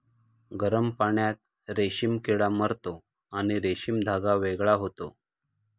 गरम पाण्यात रेशीम किडा मरतो आणि रेशीम धागा वेगळा होतो